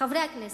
חברי הכנסת,